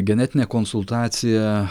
genetinė konsultacija